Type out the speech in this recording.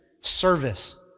service